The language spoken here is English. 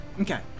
okay